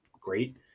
great